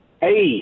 Hey